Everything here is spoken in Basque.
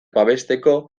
babesteko